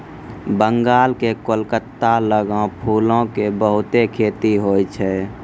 बंगाल के कोलकाता लगां फूलो के बहुते खेती होय छै